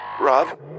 Rob